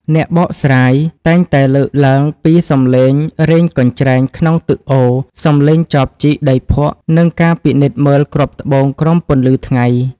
អ្នកបកស្រាយតែងតែលើកឡើងពីសម្លេងរែងកញ្ច្រែងក្នុងទឹកអូរ សម្លេងចបជីកដីភក់ និងការពិនិត្យមើលគ្រាប់ត្បូងក្រោមពន្លឺថ្ងៃ។